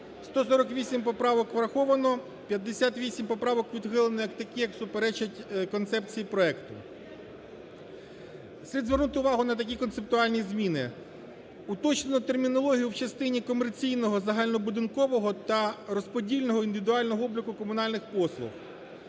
148 поправок враховано, 58 поправок відхилені як такі, як суперечать концепції проекту. Слід звернути увагу на такі концептуальні зміни. Уточнено термінологію в частині комерційного загальнобудинкового та розподільного індивідуального обліку комунальних послуг.